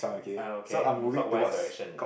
uh okay clockwise direction is it